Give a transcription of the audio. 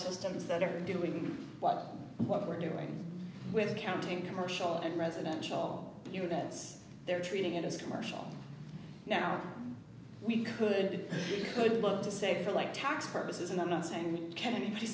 systems that are doing like what we're doing with accounting commercial and residential units they're treating it as commercial now we could you could look to say for like tax purposes and i'm not saying